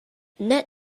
net